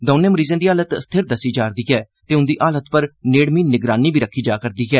दौनें मरीजें दी हालत स्थिर दस्सी जा'रदी ऐ ते उंदी हालत पर नेड़मी निगरानी बी रक्खी जा करदी ऐ